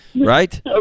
right